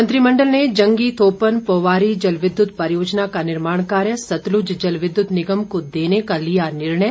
मंत्रिमण्डल ने जंगी थोपन पोवारी जलविद्युत परियोजना का निर्माण कार्य सतलुज जलविद्युत निगम को देने का लिया निर्णय